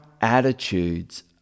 attitudes